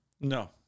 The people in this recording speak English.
No